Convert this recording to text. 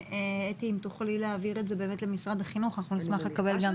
ואם תוכלי להעביר את זה למשרד החינוך ואנחנו נשמח לקבל תשובה.